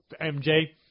MJ